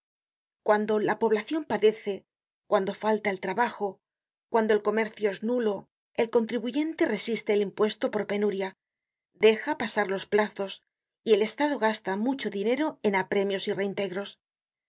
cuando la poblacion padece cuando falta el trabajo cuando el comercio es nulo el contribuyente resiste el impuesto por penuria deja pasar los plazos y el estado gasta mucho dinero en apremios y reintegros